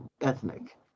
ethnic